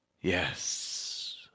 Yes